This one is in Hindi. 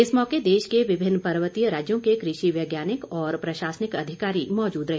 इस मौके देश के विभिन्न पर्वतीय राज्यों के कृषि वैज्ञानिक और प्रशासनिक अधिकारी मौजूद रहे